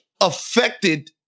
affected